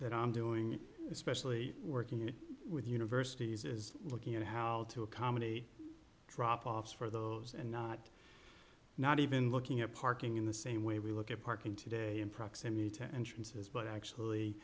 that i'm doing especially working with universities is looking at how to accommodate drop offs for those and not not even looking at parking in the same way we look at parking today in proximity to entrances but actually